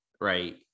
Right